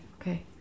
okay